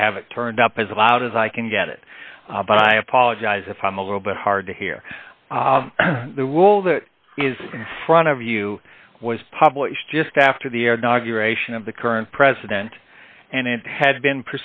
i have it turned up as loud as i can get it but i apologize if i'm a little bit hard to hear the wool that is in front of you was published just after the naga ration of the current president and it had been